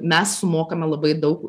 mes sumokame labai daug